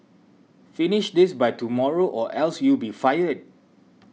finish this by tomorrow or else you'll be fired